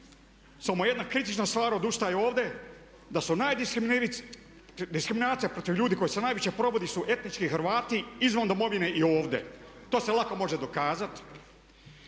Samo jedna kritična stvar nedostaje ovdje da su najdiskriminiraniji, diskriminacija protiv ljudi koja se najviše provodi su etnički Hrvati izvan domovine i ovdje. To se lako može dokazati.